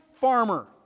farmer